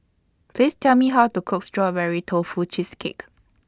Please Tell Me How to Cook Strawberry Tofu Cheesecake